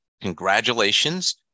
congratulations